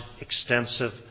extensive